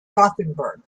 gothenburg